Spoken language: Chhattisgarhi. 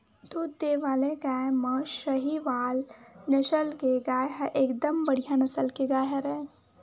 दूद देय वाले गाय म सहीवाल नसल के गाय ह एकदम बड़िहा नसल के गाय हरय